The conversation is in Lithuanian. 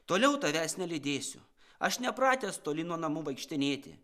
toliau tavęs nelydėsiu aš nepratęs toli nuo namų vaikštinėti